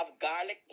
garlic